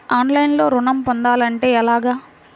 ఆన్లైన్లో ఋణం పొందాలంటే ఎలాగా?